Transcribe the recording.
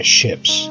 ships